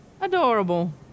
Adorable